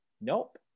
Nope